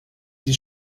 die